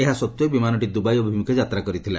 ଏହା ସତ୍ତେ ବିମାନଟି ଦୁବାଇ ଅଭିମୁଖେ ଯାତ୍ରା କରିଥିଲା